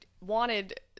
wanted